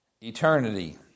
eternity